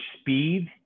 speed